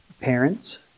Parents